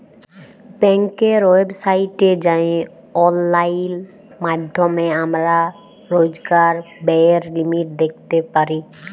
ব্যাংকের ওয়েবসাইটে যাঁয়ে অললাইল মাইধ্যমে আমরা রইজকার ব্যায়ের লিমিট দ্যাইখতে পারি